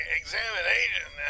examination